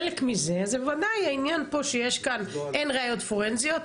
חלק מזה זה וודאי העניין פה שאין ראיות פורנזיות,